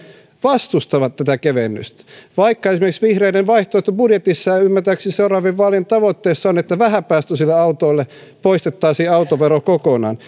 vastustavat tätä kevennystä vaikka esimerkiksi vihreiden vaihtoehtobudjetissa ja ja ymmärtääkseni seuraavien vaalien tavoitteissa on että vähänpäästöisiltä autoilta poistettaisiin autovero kokonaan